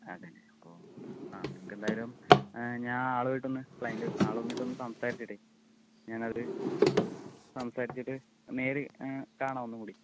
അതെ അല്ലെ അതിപ്പോൾ ആ എന്തായാലും ആളുമായിട്ടൊന്നു ക്ലയിറ്ന്റുമായിട്ടൊന്നു സംസാരിച്ചിട്ടേ ഞാനത് സംസാരിച്ചിട്ട് നേരിൽ കാണാം ഒന്നും കൂടി